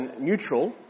neutral